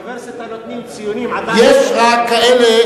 באוניברסיטה נותנים ציונים עדיין, יש רק כאלה